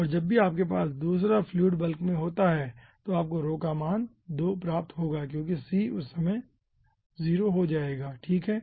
और जब भी आपके पास दूसरा फ्लूइड बल्क में होता हैं तो आपको रो का मान 2 प्राप्त होगा क्योंकि c उस समय 0 हो जाएगा ठीक है